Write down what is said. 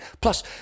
Plus